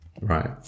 Right